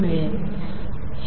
मिळेल